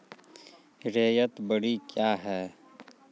रैयत बाड़ी क्या हैं?